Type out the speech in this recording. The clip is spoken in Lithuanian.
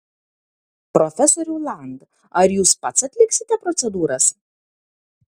profesoriau land ar jūs pats atliksite procedūras